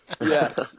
Yes